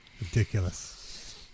Ridiculous